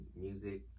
music